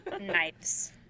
knives